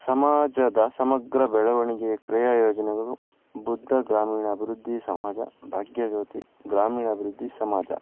ಸಮಾಜದ ಸಮಗ್ರ ಬೆಳವಣಿಗೆ ಕ್ರಿಯಾ ಯೋಜನೆಗಳು ಬುದ್ಧ ಗ್ರಾಮೀಣ ಅಭಿವೃದ್ಧಿ ಸಮಾಜ ಭಾಗ್ಯಜ್ಯೋತಿ ಗ್ರಾಮೀಣಾಭಿವೃದ್ಧಿ ಸಮಾಜ